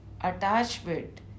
attachment